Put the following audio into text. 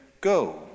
go